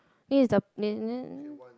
this is the